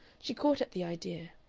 she caught at the idea.